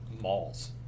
malls